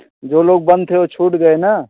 जो लोग बंद थे वह छूट गए ना